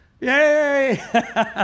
Yay